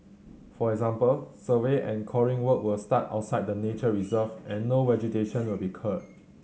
for example survey and coring work will start outside the nature reserve and no vegetation will be cleared